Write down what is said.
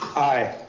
aye.